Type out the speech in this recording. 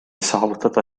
saavutada